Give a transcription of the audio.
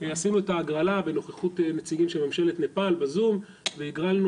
עשינו את ההגרלה בנוכחות נציגים של ממשלת נפאל בזום והגרלנו